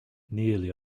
nearly